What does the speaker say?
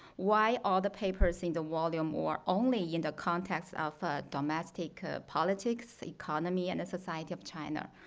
why all the papers in the volume or only in the context of domestic ah politics, economy and the society of china?